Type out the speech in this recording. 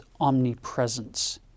omnipresence